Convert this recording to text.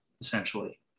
essentially